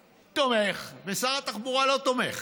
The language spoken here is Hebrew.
תומך, ושר התחבורה לא תומך.